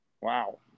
wow